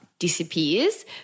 disappears